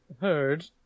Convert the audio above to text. heard